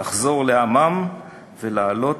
לחזור לעמם ולעלות